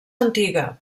antiga